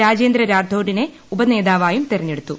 രാജേന്ദ്ര റാഥോഡിനെ ഉപനേതാവായും തെരഞ്ഞെടുത്തു